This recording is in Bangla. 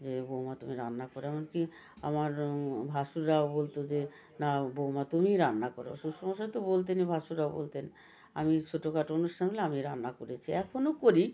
যে বৌমা তুমি রান্না করো এমন কি আমার ভাসুররাও বলতো যে না বৌমা তুমিই রান্না করো শ্বশুরমশাই তো বলতেনই ভাসুররাও বলতেন আমি ছোটোখাটো অনুষ্ঠান হলে আমিই রান্না করেছি এখনও করি